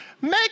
Make